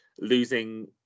Losing